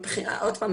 עוד פעם,